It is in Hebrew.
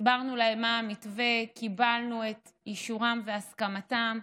הסברנו להם מה המתווה וקיבלנו את אישורם והסכמתם.